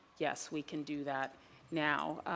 yes, we can do that now.